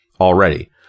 Already